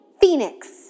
phoenix